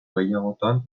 gehiagotan